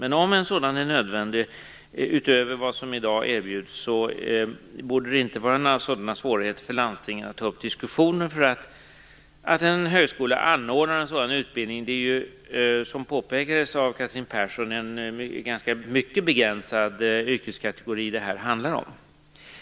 Men om en sådan är nödvändig, utöver vad som i dag erbjuds, borde det inte vara några svårigheter för landstingen att ta upp diskussioner med en högskola om att anordna en sådan utbildning. Det är, som påpekades av Catherine Persson, en mycket begränsad yrkeskategori det här handlar om.